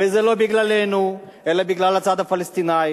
וזה לא בגללנו אלא בגלל הצד הפלסטיני.